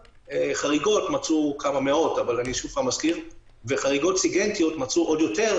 חריגות נמצאו כמה מאות וחריגות סיגינטיות מצאו עוד יותר,